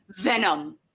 Venom